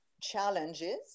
challenges